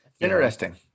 interesting